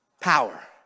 Power